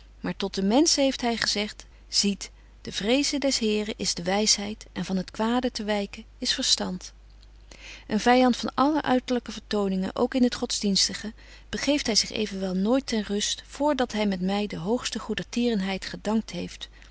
tot den mensche heeft hy gezegt ziet de vreze des heren is de wysheid en van het kwade te wyken is verstand een vyand van alle uiterlyke vertoningen ook in het godsdienstige begeeft hy zich evenwel nooit ter rust voor dat hy met my de hoogste goedertierenheid gedankt heeft